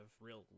real